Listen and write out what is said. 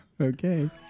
Okay